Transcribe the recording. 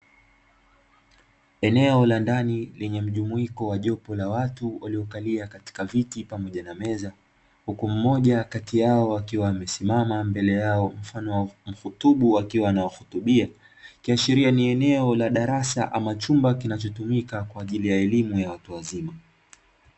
Eneo la ndani lenye mjumuiko wa jopo la watu waliokalia katika viti pamoja na meza. Huku mmoja kati yao akiwa amesimama mbele yao mfano wa mfutubu akiwa anawafutumia ikiashiria ni eneo la darasa linalotumika kwa ajili ya elimu yawatu wazima.